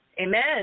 Amen